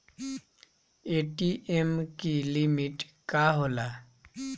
ATM की limit का होला?